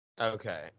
okay